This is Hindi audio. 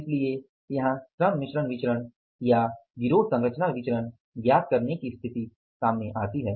इसलिए यहाँ श्रम मिश्रण विचरण या गिरोह सरंचना विचरण ज्ञात करने की स्थिति सामने आती है